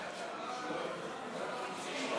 תמשיכי,